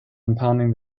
impounding